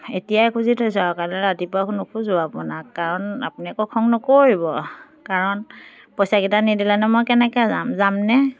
এতিয়াই খুজি থৈছোঁ আৰু কাইলৈ ৰাতিপুৱা নোখোজোঁ আপোনাক কাৰণ আপুনি আকৌ খং নকৰিব কাৰণ পইচাকেইটা নিদিলেনো মই কেনেকৈ যাম যামনে